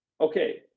okay